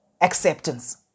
acceptance